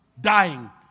dying